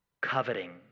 coveting